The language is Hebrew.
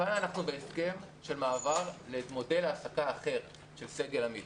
כאן אנחנו בהסכם של מעבר למודל העסקה אחר של סגל עמית.